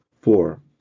four